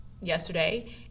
Yesterday